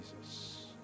Jesus